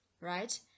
right